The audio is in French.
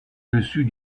dessus